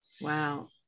Wow